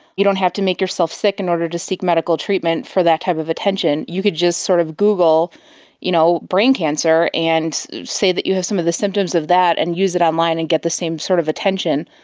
you don't have to make yourself sick in order to seek medical treatment for that type of attention, you could just sort of google you know brain cancer and say that you have some of the symptoms of that and use it online and get the same sort of attention.